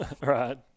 right